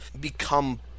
become